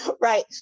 right